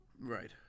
Right